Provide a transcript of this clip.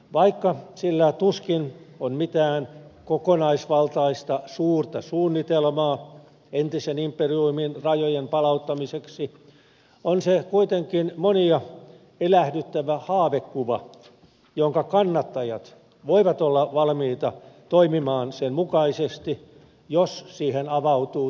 vaikka sillä tuskin on mitään kokonaisvaltaista suurta suunnitelmaa entisen imperiumin rajojen palauttamiseksi on se kuitenkin monia elähdyttävä haavekuva jonka kannattajat voivat olla valmiita toimimaan sen mukaisesti jos siihen avautuu tilaisuuksia